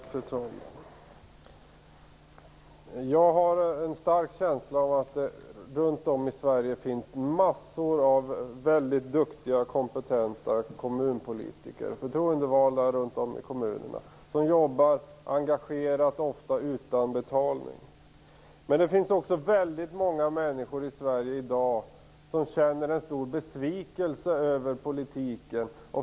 Fru talman! Jag har en stark känsla av att det runt om i Sverige finns massor av väldigt duktiga och kompetenta förtroendevalda i kommunerna, som jobbar engagerat och ofta utan betalning. Men det finns också väldigt många människor i Sverige i dag som känner en stor besvikelse över politiken.